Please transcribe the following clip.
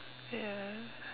ya